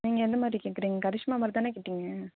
நீங்கள் எந்த மாதிரி கேட்குறீங்க கரிஷ்மா மாதிரி தானே கேட்டீங்க